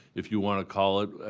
if you want to call it that,